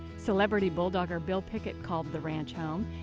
celebrity bulldogger bill pickett called the ranch home.